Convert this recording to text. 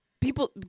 people